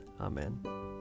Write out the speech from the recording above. Amen